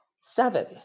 Seven